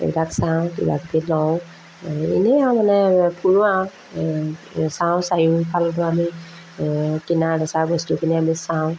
এইবিলাক চাওঁ কিবাকিবি লওঁ এনেই আৰু মানে ফুৰোঁ আৰু চাওঁ চায়ো ভাল পাওঁ আমি কিনা বেচা বস্তুখিনি আমি চাওঁ